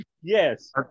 Yes